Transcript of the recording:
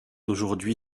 aujourd’hui